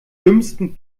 dümmsten